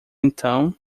então